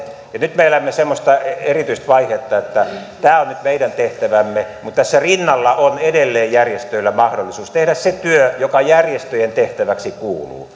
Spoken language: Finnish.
nyt me elämme semmoista erityistä vaihetta että tämä on nyt meidän tehtävämme mutta tässä rinnalla on edelleen järjestöillä mahdollisuus tehdä se työ joka järjestöjen tehtäväksi kuuluu